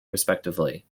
respectively